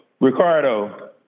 Ricardo